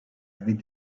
avec